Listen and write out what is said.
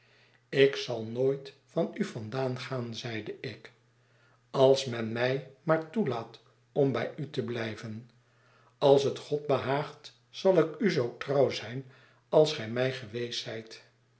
ik zal nooit van u vandaan gaan zeide ik u als men mij maar toelaat om bij u te blijven als het god behaagt zal ik u zoo trouw zijn als gij mij geweest zijt